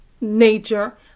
nature